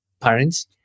parents